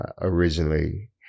originally